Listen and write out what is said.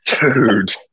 Dude